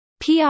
PR